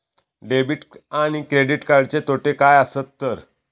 Debit आणि credit कार्डचे तोटे काय आसत तर?